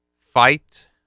fight